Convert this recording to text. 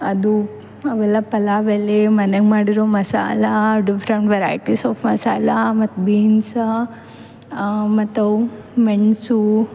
ಅದು ಅವೆಲ್ಲ ಪಲಾವ್ ಎಲೆ ಮನೆಯಾಗ್ ಮಾಡಿರೋ ಮಸಾಲ ಡು ಫ್ರಮ್ ವೆರೈಟೀಸ್ ಆಫ್ ಮಸಾಲ ಮತ್ತು ಬೀನ್ಸಾ ಮತ್ತು ಅವು ಮೆಣಸು